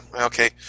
Okay